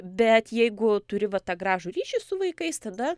bet jeigu turi va tą gražų ryšį su vaikais tada